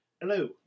Hello